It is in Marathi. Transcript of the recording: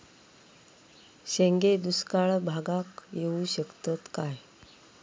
शेंगे दुष्काळ भागाक येऊ शकतत काय?